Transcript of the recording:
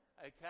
Okay